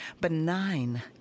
benign